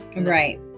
Right